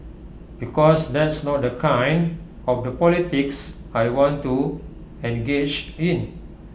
because that's not the kind of the politics I want to engage in